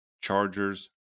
Chargers